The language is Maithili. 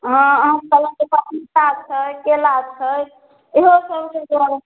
हँ अहाँ फलके तऽ पपीता छै केला छै इहो सबके जहन